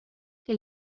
que